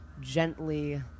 gently